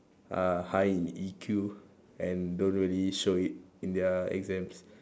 are high in E_Q and don't really show it in their exams